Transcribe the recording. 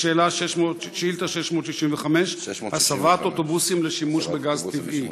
לשאילתה 665: הסבת אוטובוסים לשימוש בגז טבעי.